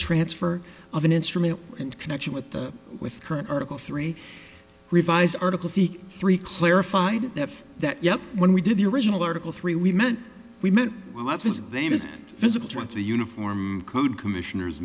transfer of an instrument in connection with the with current article three revise article v three clarified that that yes when we did the original article three we meant we meant well that's his name is physical wants a uniform code commissioners